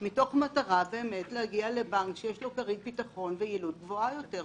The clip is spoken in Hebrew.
- מתוך מטרה להגיע לבנק שיש לו כרית ביטחון ויעילות גבוהה יותר.